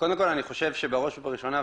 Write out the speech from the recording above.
אני חושב שבראש ובראשונה,